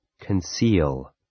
Conceal